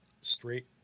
straight